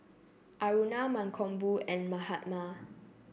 Aruna Mankombu and Mahatma